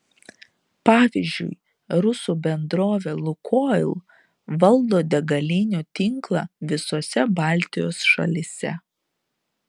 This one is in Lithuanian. pavyzdžiui rusų bendrovė lukoil valdo degalinių tinklą visose baltijos šalyse